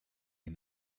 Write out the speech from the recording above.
you